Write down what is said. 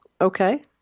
Okay